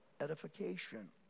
edification